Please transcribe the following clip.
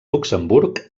luxemburg